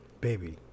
Baby